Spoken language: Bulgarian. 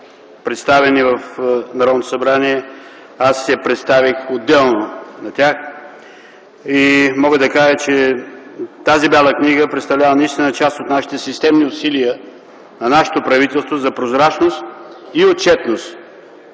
представени в Народното събрание, аз я представих отделно на тях. Мога да кажа, че тази Бяла книга представлява наистина част от системните усилия на нашето правителство за прозрачност и отчетност